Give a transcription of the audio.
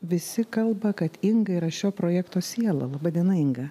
visi kalba kad inga yra šio projekto siela laba diena inga